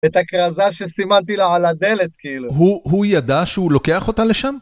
את הכרזה שסימנתי לה על הדלת כאילו. -הוא ידע שהוא לוקח אותה לשם?